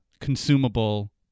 consumable